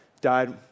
died